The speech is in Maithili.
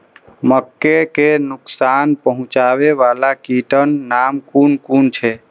मके के नुकसान पहुँचावे वाला कीटक नाम कुन कुन छै?